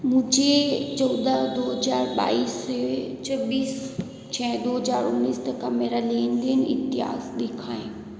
मुझे चौदह दो हजार बाईस से छब्बीस छः दो हजार उन्नीस तक का मेरा लेन देन इतिहास दिखाएँ